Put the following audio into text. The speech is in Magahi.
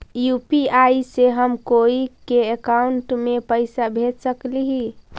यु.पी.आई से हम कोई के अकाउंट में पैसा भेज सकली ही?